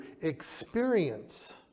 experience